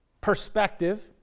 perspective